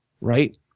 Right